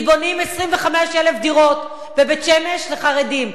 כי בונים 25,000 דירות בבית-שמש לחרדים.